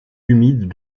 humides